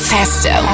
Festo